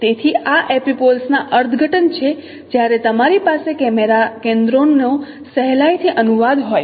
તેથી આ એપિપોલ્સના અર્થઘટન છે જ્યારે તમારી પાસે કેમેરા કેન્દ્રોનો સહેલાઇથી અનુવાદ હોય